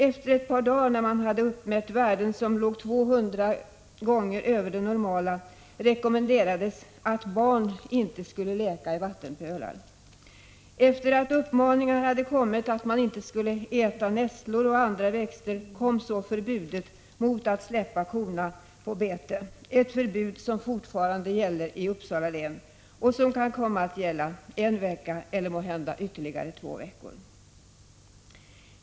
Efter ett par dagar, när man uppmätt värden som var 200 gånger högre än det normala, rekommenderades att barn inte skulle leka i vattenpölar. Efter uppmaningen att inte äta nässlor och andra växter kom så förbudet mot att släppa korna på bete, ett förbud som fortfarande gäller i Uppsala län och som kan komma att gälla en vecka eller måhända två veckor ytterligare.